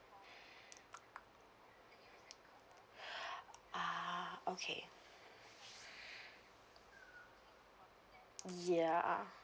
ah okay ya